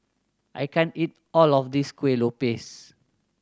I can't eat all of this Kuih Lopes